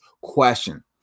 question